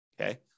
Okay